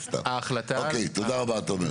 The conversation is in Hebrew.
אוקי תודה רבה תומר.